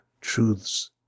truths